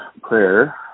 prayer